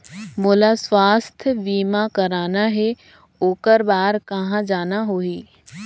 मोला स्वास्थ बीमा कराना हे ओकर बार कहा जाना होही?